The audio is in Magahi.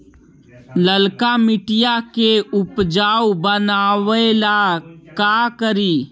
लालका मिट्टियां के उपजाऊ बनावे ला का करी?